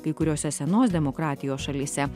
kai kuriose senos demokratijos šalyse